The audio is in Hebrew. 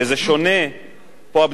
וזה שונה פה,